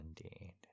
indeed